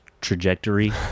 trajectory